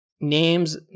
names